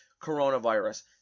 coronavirus